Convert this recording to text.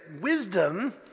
wisdom